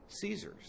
Caesar's